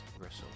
Russell